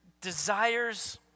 desires